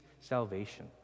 salvation